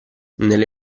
nelle